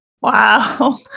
Wow